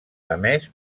emès